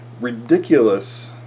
ridiculous